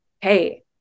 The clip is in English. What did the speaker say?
Hey